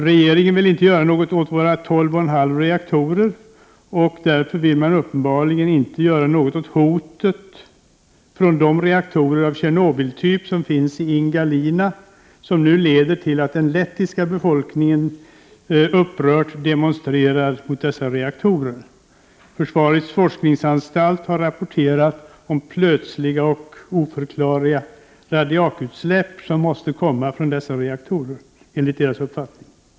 Regeringen vill inte göra någonting åt våra tolv och en halv reaktorer, och man vill uppenbarligen inte göra något åt hotet från de reaktorer av Tjernobyltyp som finns i Ignalina och som nu leder till upprörda demonstrationer från den lettiska befolkningen. Man har från försvarets forskningsanstalt rapporterat om plötsliga och oförklarliga radiakutsläpp som enligt deras uppfattning måste komma från dessa reaktorer.